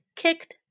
kicked